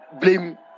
blame